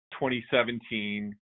2017